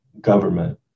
government